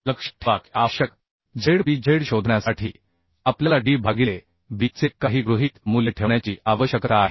लक्षात ठेवा की आवश्यक z p z शोधण्यासाठी आपल्याला d भागिले b चे काही गृहीत मूल्य ठेवण्याची आवश्यकता आहे